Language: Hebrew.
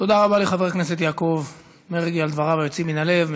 תודה רבה לחבר הכנסת יעקב מרגי על דבריו היוצאים מן הלב.